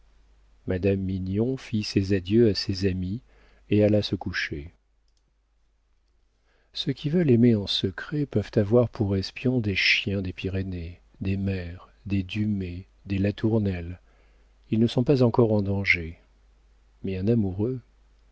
madame mignon fit ses adieux à ses amis et alla se coucher ceux qui veulent aimer en secret peuvent avoir pour espions des chiens des pyrénées des mères des dumay des latournelle ils ne sont pas encore en danger mais un amoureux